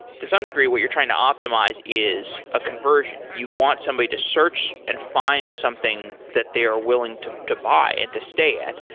to some degree what you're trying to optimize is a conversion. you want somebody to search and find something that they are willing to to buy and to stay at.